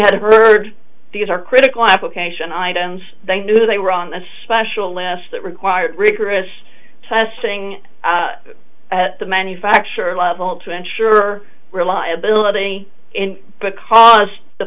heard these are critical application items they knew they were on a special laughs that required rigorous testing at the manufacturer level to ensure reliability in because the